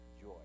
joy